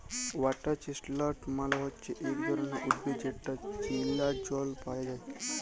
water chestnut মালে হচ্যে ইক ধরণের উদ্ভিদ যেটা চীলা জল পায়া যায়